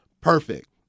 perfect